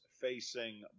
facing